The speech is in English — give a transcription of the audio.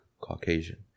Caucasian